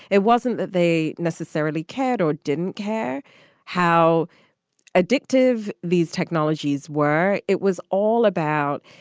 it wasn't that they necessarily cared or didn't care how addictive these technologies were. it was all about.